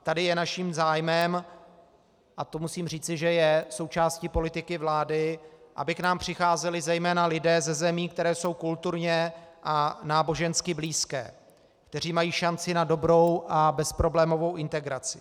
Tady je naším zájmem, a to musím říci, že je součástí politiky vlády, aby k nám přicházeli zejména lidé ze zemí, které jsou kulturně a nábožensky blízké, kteří mají šanci na dobrou a bezproblémovou integraci.